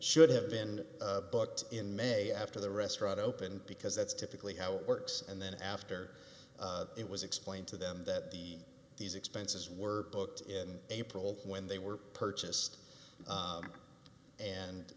should have been booked in may after the restaurant opened because that's typically how it works and then after it was explained to them that the these expenses were booked in april when they were purchased